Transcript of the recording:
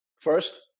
first